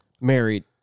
married